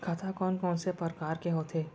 खाता कोन कोन से परकार के होथे?